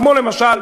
כמו למשל,